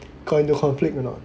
got into conflict or not